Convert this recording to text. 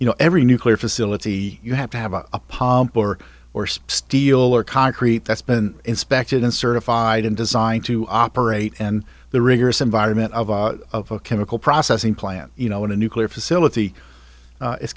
you know every nuclear facility you have to have a pompadour or steel or concrete that's been inspected and certified and designed to operate and the rigorous environment of a chemical processing plant you know in a nuclear facility it's